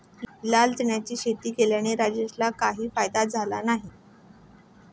लाल चण्याची शेती केल्याने राजेशला काही फायदा झाला नाही